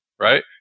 right